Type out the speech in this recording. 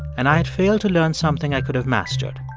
and i had failed to learn something i could have mastered.